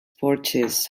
purchased